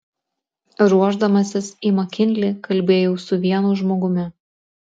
ruošdamasis į makinlį kalbėjau su vienu žmogumi